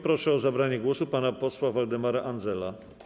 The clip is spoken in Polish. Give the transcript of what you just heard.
Proszę o zabranie głosu pana posła Waldemara Andzela.